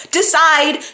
decide